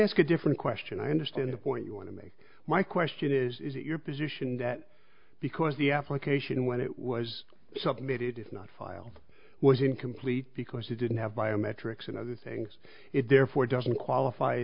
ask a different question i understand the point you want to make my question is is it your position that because the application when it was something made it is not file was incomplete because it didn't have biometrics and other things it therefore doesn't qualify